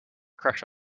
crush